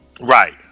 right